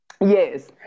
Yes